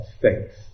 faith